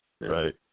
Right